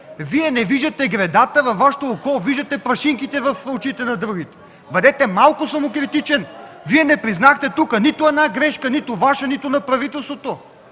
Вие не виждате гредата във Вашето око, а виждате прашинките в очите на другите. Бъдете малко самокритичен! Вие тук не признахте нито една грешка – нито Ваша, нито на правителството.